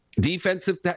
Defensive